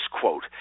quote